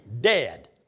dead